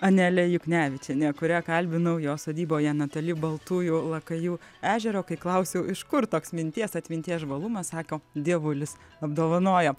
anelė juknevičienė kurią kalbinau jos sodyboje netoli baltųjų lakajų ežero kai klausiau iš kur toks minties atminties žvalumas sako dievulis apdovanojo